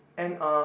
and uh